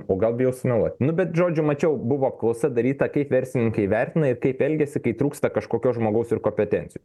o gal bijau sumeluot nu bet žodžiu mačiau buvo apklausa daryta kaip verslininkai vertina ir kaip elgiasi kai trūksta kažkokio žmogaus ir kopetencijų